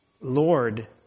Lord